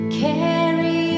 carry